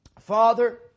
Father